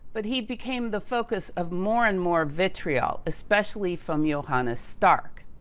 but he became the focus of more and more vitriol, especially from johannas stark.